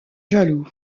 jaloux